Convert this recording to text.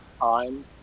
time